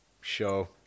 show